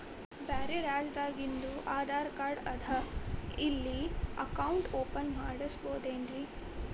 ಬ್ಯಾರೆ ರಾಜ್ಯಾದಾಗಿಂದು ಆಧಾರ್ ಕಾರ್ಡ್ ಅದಾ ಇಲ್ಲಿ ಅಕೌಂಟ್ ಓಪನ್ ಮಾಡಬೋದೇನ್ರಿ?